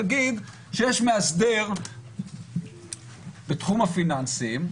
נגיד שיש מאסדר בתחום הפיננסים,